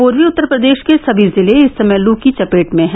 पूर्वी उत्तर प्रदेष के सभी जिले इस समय लू के चपेट में हैं